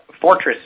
Fortress